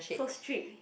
so strict